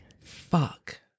Fuck